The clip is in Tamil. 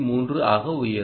3 ஆக உயரும்